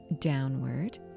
downward